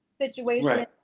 situation